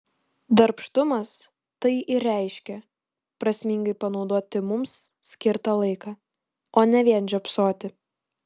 darbštumas tai ir reiškia prasmingai panaudoti mums skirtą laiką o ne vien žiopsoti